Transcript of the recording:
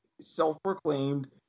self-proclaimed